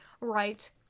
right